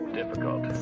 Difficult